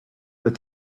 but